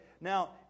Now